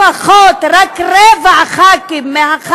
בבית הזה לפחות רק רבע מהח"כים,